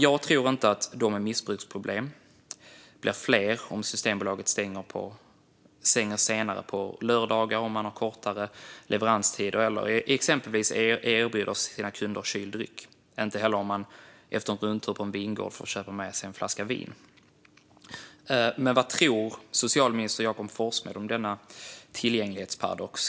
Jag tror inte att de som har missbruksproblem blir fler om Systembolaget stänger senare på lördagar, har kortare leveranstider eller exempelvis erbjuder sina kunder att köpa kyld dryck. Jag tror inte heller att det blir så om man efter en rundtur på en vingård får köpa med sig en flaska vin. Vad tror socialminister Jakob Forssmed om denna tillgänglighetsparadox?